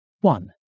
One